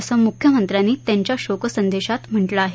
असं मुख्यमंत्र्यांनी त्यांच्या शोकसंदेशात म्हटलं आहे